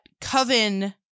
coven